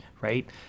right